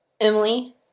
Emily